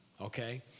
okay